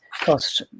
cost